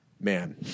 Man